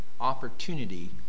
opportunity